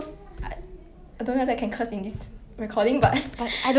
but then 如果我去 McDonald's right 我买一个 burger 五块我有肉有